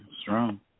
strong